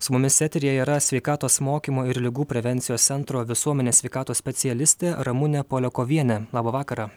su mumis eteryje yra sveikatos mokymo ir ligų prevencijos centro visuomenės sveikatos specialistė ramunė poliakovienė labą vakarą